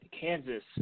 Kansas